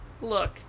look